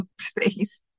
space